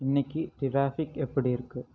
இன்னக்கு டிராஃபிக் எப்படி இருக்கு